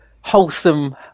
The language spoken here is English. wholesome